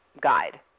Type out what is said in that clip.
guide